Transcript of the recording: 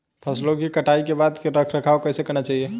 फसलों की कटाई के बाद रख रखाव कैसे करना चाहिये?